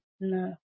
No